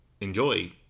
enjoy